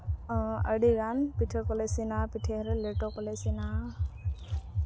ᱟᱹᱰᱤᱜᱟᱱ ᱯᱤᱴᱷᱟᱹ ᱠᱚᱞᱮ ᱤᱥᱤᱱᱟ ᱯᱤᱴᱷᱟᱹ ᱞᱮᱴᱚ ᱠᱚᱞᱮ ᱤᱥᱤᱱᱟ